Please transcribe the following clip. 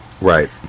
Right